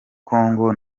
kongo